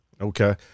Okay